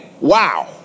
Wow